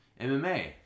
MMA